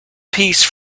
peace